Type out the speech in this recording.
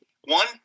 one